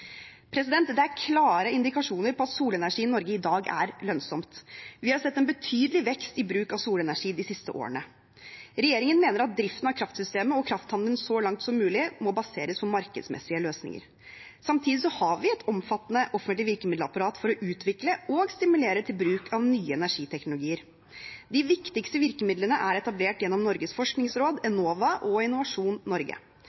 Det er klare indikasjoner på at solenergi i Norge i dag er lønnsomt. Vi har sett en betydelig vekst i bruk av solenergi de siste årene. Regjeringen mener at driften av kraftsystemet og krafthandelen så langt som mulig må baseres på markedsmessige løsninger. Samtidig har vi et omfattende offentlig virkemiddelapparat for å utvikle og stimulere til bruk av nye energiteknologier. De viktigste virkemidlene er etablert gjennom Norges forskningsråd, Enova og Innovasjon Norge.